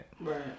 Right